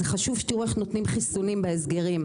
זה חשוב שתראו איך נותנים חיסונים בהסגרים,